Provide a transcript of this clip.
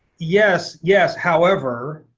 yes, yes. however,